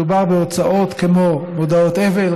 מדובר בהוצאות כמו מודעות אבל,